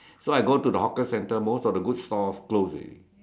so I go to the hawker centre most of the good stalls close already